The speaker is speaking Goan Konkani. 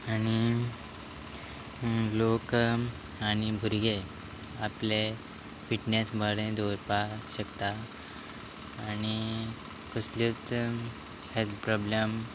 आनी लोक आनी भुरगे आपलें फिटणॅस बरें दवरपाक शकता आणी कसल्योच हॅल्त प्रॉब्लम